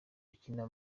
bakina